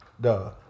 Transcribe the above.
Duh